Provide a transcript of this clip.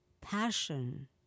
passion